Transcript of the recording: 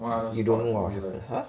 you don't know ah !huh!